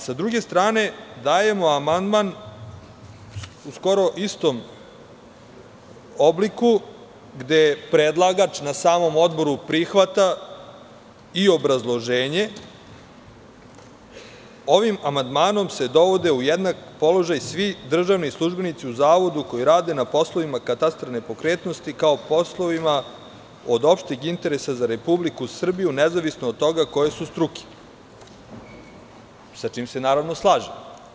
Sa druge strane, dajemo amandman u skoro istom obliku, gde predlagač na samom odboru prihvata i obrazloženje – ovim amandmanom se dovode u jednak položaj svi državni službenici u zavodu koji rade na poslovima katastra nepokretnosti, kao poslovima od opšteg interesa za Republiku Srbiju, nezavisno od toga koje su struke, sa čim se naravno slažem.